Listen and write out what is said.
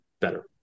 better